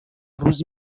روز